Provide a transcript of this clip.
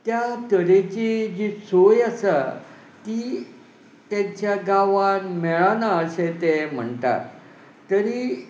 त्या तरेची जी सोय आसा ती तांच्या गांवान मेळना अशें तें म्हणटात तरी